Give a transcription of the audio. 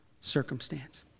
circumstance